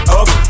up